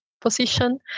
position